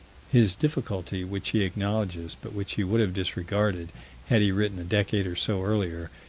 his difficulty, which he acknowledges, but which he would have disregarded had he written a decade or so earlier,